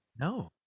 No